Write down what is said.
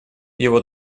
его